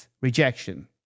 rejection